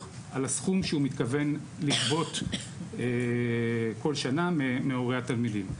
על הסכום שהוא מתכוון לגבות כל שנה מהורי התלמידים.